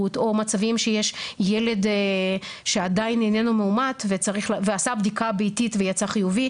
או מצבים שיש ילד שעדיין איננו מאומת ועשה בדיקה ביתית ויצא חיובי,